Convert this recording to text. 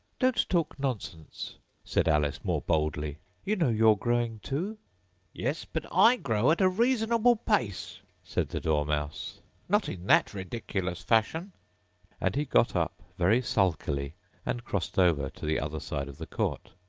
don't talk nonsense said alice more boldly you know you're growing too yes, but i grow at a reasonable pace said the dormouse not in that ridiculous fashion and he got up very sulkily and crossed over to the other side of the court.